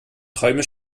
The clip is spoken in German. träume